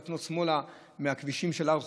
אי-אפשר לפנות שמאלה מהכבישים של הר חוצבים,